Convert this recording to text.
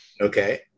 okay